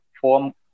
form